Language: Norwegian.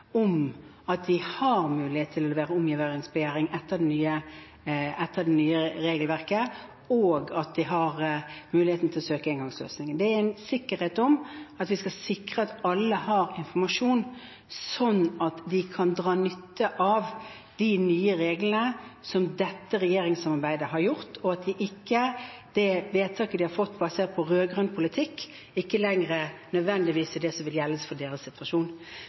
at de har mulighet til å levere omgjøringsbegjæring etter det nye regelverket, og at de har muligheten til å søke engangsløsningen. Det er en sikkerhet for at alle har informasjon, slik at de kan dra nytte av de nye reglene som dette regjeringssamarbeidet har ført til, og at det vedtaket de har fått basert på rød-grønn politikk, ikke lenger nødvendigvis er det som blir gjeldende for deres situasjon.